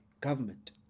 government